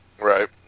right